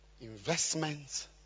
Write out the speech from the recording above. investments